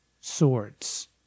swords